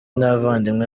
n’abavandimwe